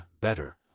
better